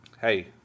hey